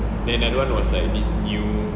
then another one was like this new